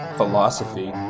philosophy